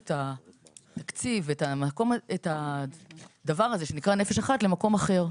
את התקציב ואת "נפש אחת" למקום אחר.